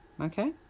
Okay